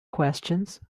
questions